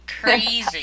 crazy